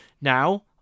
Now